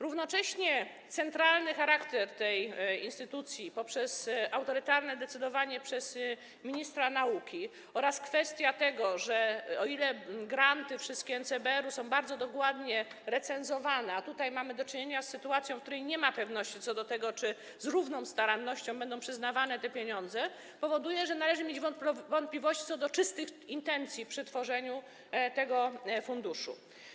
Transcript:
Równocześnie centralny charakter tej instytucji, autorytarne decydowanie przez ministra nauki oraz kwestia tego, że o ile wszystkie granty NCBR-u są bardzo dokładnie recenzowane, to tutaj mamy do czynienia z sytuacją, w której nie ma pewności co do tego, czy z równą starannością będą przyznawane te pieniądze, powodują, że należy mieć wątpliwości co do czystych intencji przy tworzeniu tego funduszu.